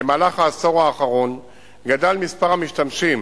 במהלך העשור האחרון גדל מספר המשתמשים